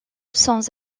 sans